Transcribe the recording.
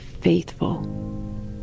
faithful